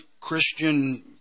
Christian